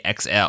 XL